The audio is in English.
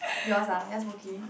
yours ah yours pocky